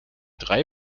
drei